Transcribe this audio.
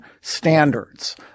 standards